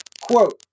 quote